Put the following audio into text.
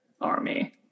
army